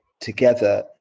together